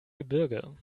gebirge